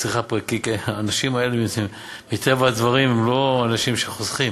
האנשים האלה, מטבע הדברים, הם לא אנשים שחוסכים,